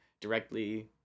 directly